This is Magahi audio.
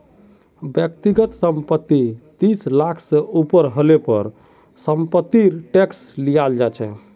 व्यक्तिगत संपत्ति तीस लाख से ऊपर हले पर समपत्तिर टैक्स लियाल जा छे